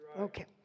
okay